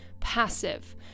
passive